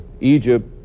Egypt